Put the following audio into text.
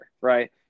right